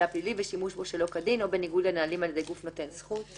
פלילי ושימוש בו שלא כדין או בניגוד לנהלים על ידי גוף נותן זכות.